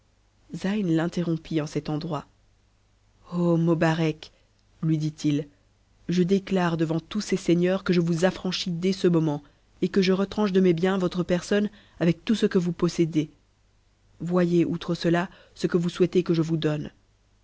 l'interrompit en cet endroit mobarec lui dit-il je dëdm'f deyan tous ces seigneurs que je vous auranchis des ce moment et que je retranche de mes biens votre personne avec tout ce que vous possédez voyez outre cela ce que vous souhaitez que je vous donne